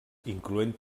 incloent